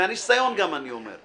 מהניסיון גם אני אומר.